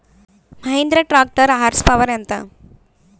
Mahindra tractor horse power ఎంత?